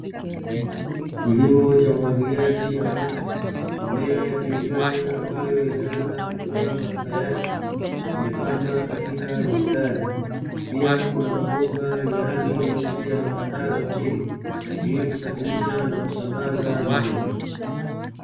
Kilimo cha umwagiliaji ambapo mimea ya biringanya ambayo imeanza kutoa matunda yake imepandwa katika mistari. Pia kuna mabomba yenye rangi nyeusi yametandazwa chini ili kusafirisha na kusambaza maji.